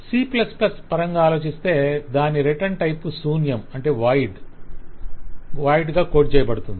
C పరంగా ఆలోచిస్తే దాని రిటర్న్ టైప్ శూన్యంగా కోడ్ చేయబడుతుంది